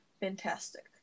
Fantastic